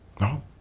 no